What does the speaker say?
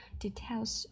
details